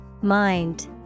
Mind